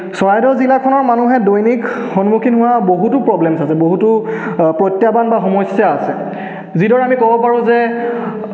চৰাইদেউ জিলাখনৰ মানুহে দৈনিক সন্মুখীন হোৱা বহুতো প্ৰব্লেমছ আছে বহুতো প্ৰত্যাহ্বান বা সমস্যা আছে যিদৰে আমি ক'ব পাৰোঁ যে